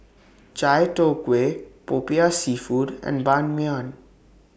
Chai Tow Kway Popiah Seafood and Ban Mian